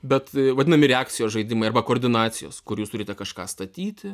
bet vadinami reakcijos žaidimai arba koordinacijos kur jūs turite kažką statyti